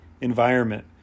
environment